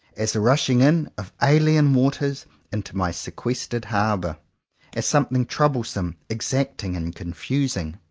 as a rushing-in of alien waters into my sequestered harbour as something troublesome, exacting and con fusing.